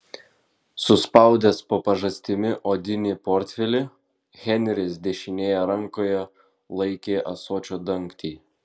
suspaudęs po pažastimi odinį portfelį henris dešinėje rankoje laikė ąsočio dangtį